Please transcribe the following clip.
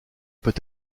peut